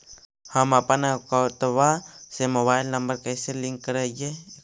हमपन अकौउतवा से मोबाईल नंबर कैसे लिंक करैइय?